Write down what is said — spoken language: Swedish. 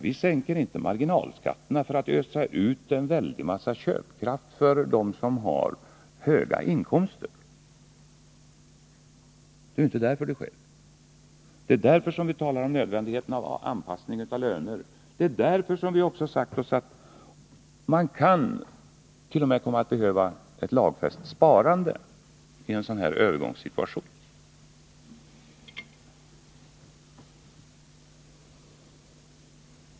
Vi sänker inte marginalskatterna för att ge dem med höga inkomster en mycket större köpkraft. Vi talar om nödvändigheten av en anpassning av lönernas storlek till rådande läge, och vi har även sagt att det t.o.m. kan komma att behövas ett lagfäst sparande under en övergångsperiod.